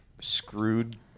screwed